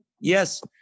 Yes